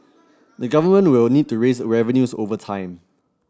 the Government will need to raise revenues over time